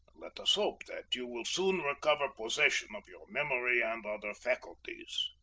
let us hope that you will soon recover possession of your memory and other faculties.